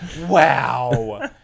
Wow